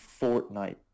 Fortnite